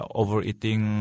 overeating